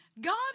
God